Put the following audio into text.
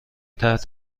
تحت